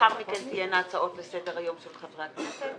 לאחר מכן תהיינה הצעות לסדר-היום של חברי הכנסת.